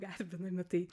garbinami tai